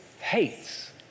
Hates